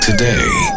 Today